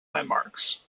landmarks